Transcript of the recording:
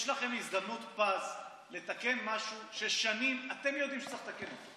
יש לכם הזדמנות פז לתקן משהו ששנים אתם יודעים שצריך לתקן אותו.